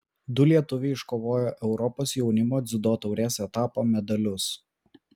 du lietuviai iškovojo europos jaunimo dziudo taurės etapo medalius